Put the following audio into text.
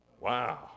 Wow